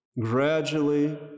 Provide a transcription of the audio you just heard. gradually